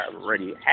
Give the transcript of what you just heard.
already